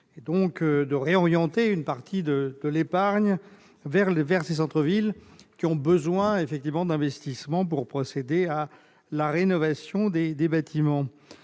donc de réorienter une partie de l'épargne vers lesdits centres-villes, qui ont besoin d'investissements pour procéder à la rénovation des bâtiments.